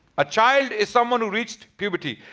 a child is someone who reached puberty.